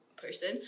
person